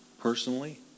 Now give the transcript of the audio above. personally